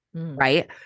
Right